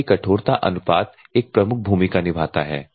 इसलिए कठोरता अनुपात एक प्रमुख भूमिका निभाता है